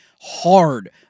hard